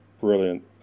brilliant